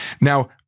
Now